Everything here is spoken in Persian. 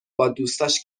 بادوستاش